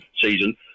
season